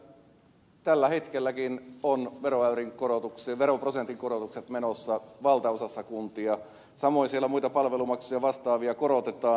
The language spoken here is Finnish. siellä tällä hetkelläkin on veroprosentin korotukset menossa valtaosassa kuntia samoin siellä muita palvelumaksuja vastaavia korotetaan